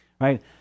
right